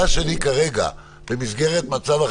ואני צריכה להחזיר את האוטו עם כל הקפסולה